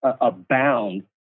abound